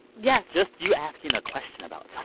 yes. just you asking a question about so